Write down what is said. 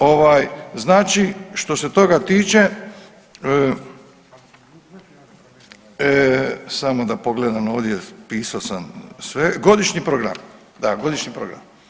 Ovaj znači što se toga tiče, samo da pogledam ovdje pisao sam sve, godišnji program, da godišnji program.